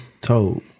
told